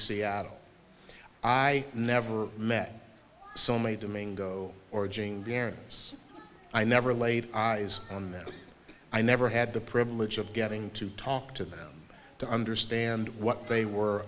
seattle i never met so many domingo or jing barons i never laid eyes on them i never had the privilege of getting to talk to them to understand what they were